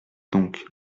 donc